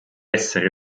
essere